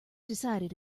decided